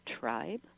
tribe